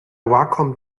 wacom